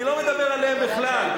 אני לא מדבר עליהם בכלל.